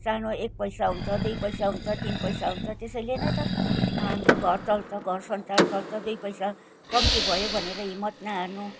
सानो एक पैसा हुन्छ दुई पैसा हुन्छ तिन पैसा हुन्छ त्यसैले नै त हाम्रो घर चल्छ घर संसार चल्छ दुई पैसा कम्ती भयो भनेर हिम्मत नहार्नु